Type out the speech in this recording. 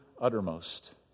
uttermost